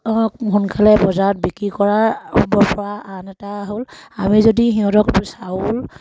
সোনকালে বজাৰত বিক্ৰী কৰাব পৰা আন এটা হ'ল আমি যদি সিহঁতক চাউল